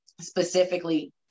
specifically